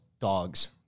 dogs